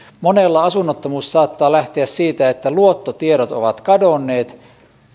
monella asunnottomuus saattaa lähteä siitä että luottotiedot ovat kadonneet